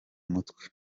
mutwe